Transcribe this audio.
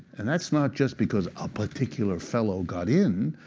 and that's not just because a particular fellow got in.